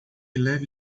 leve